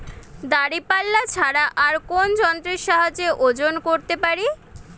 দাঁড়িপাল্লা ছাড়া আর কোন যন্ত্রের সাহায্যে ওজন করতে পারি?